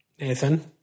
Nathan